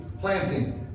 planting